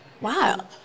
Wow